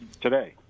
today